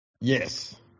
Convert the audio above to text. Yes